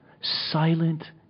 silent